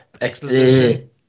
exposition